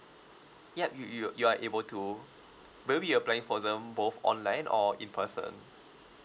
yup you you you are able to will you be applying for them both online or in person